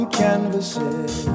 canvases